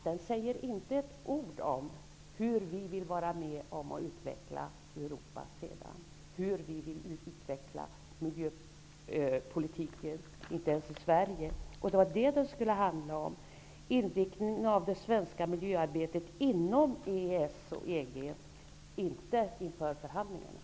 Den säger inte ett ord om hur vi vill vara med om att utveckla miljöpolitiken i Europa -- inte ens något om hur vill göra det i Sverige. Betänkandet skulle handla om inriktningen av det svenska miljöarbetet inom EES och EG -- inte om inriktningen på miljöarbetet inför förhandlingarna.